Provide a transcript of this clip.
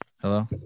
Hello